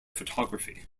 photography